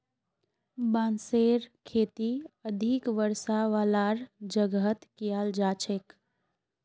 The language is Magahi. बांसेर खेती अधिक वर्षा वालार जगहत कियाल जा छेक